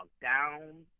down